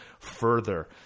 further